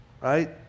right